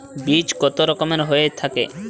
বীজ কত রকমের হয়ে থাকে?